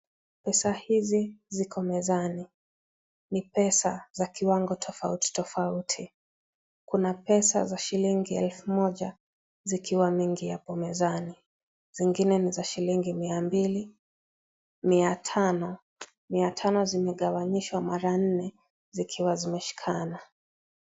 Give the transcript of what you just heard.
Pesa hizi ziko mezani. Ni pesa za kiwango tofauti tofauti. Kuna pesa za shilingi elfu moja, zikiwa mingi hapo mezani. Zingine ni za shilingi mia mbili, mia tano. Mia tano zimegawanyishwa mara nne, zikiwa zimeshikana.